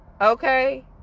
Okay